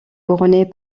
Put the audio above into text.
couronné